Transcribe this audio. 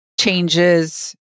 changes